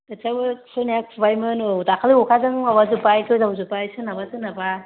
खोथियाबो फुनाया फुबायमोन औ दाखालि अखाजों गोजावजोब्बाय सोरनाबा सोरनाबा